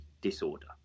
disorder